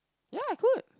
ya I could